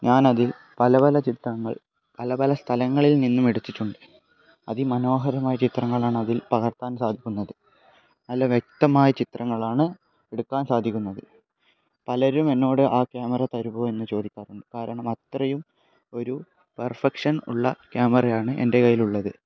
ഞാൻ അതിൽ പല പല ചിത്രങ്ങൾ പല പല സ്ഥലങ്ങളിൽ നിന്നും എടുത്തിട്ടുണ്ട് അതിമനോഹരമായ ചിത്രങ്ങളാണ് അതിൽ പകർത്താൻ സാധിക്കുന്നത് നല്ല വ്യക്തമായ ചിത്രങ്ങളാണ് എടുക്കാൻ സാധിക്കുന്നത് പലരും എന്നോട് ആ ക്യാമറ തരുമോ എന്ന് ചോദിക്കാറുണ്ട് കാരണം അത്രയും ഒരു പെർഫക്ഷൻ ഉള്ള ക്യാമറ ആണ് എൻ്റെ കൈയ്യിൽ ഉള്ളത്